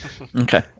Okay